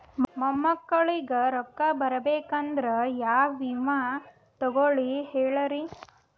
ಮೊಮ್ಮಕ್ಕಳಿಗ ರೊಕ್ಕ ಬರಬೇಕಂದ್ರ ಯಾ ವಿಮಾ ತೊಗೊಳಿ ಹೇಳ್ರಿ?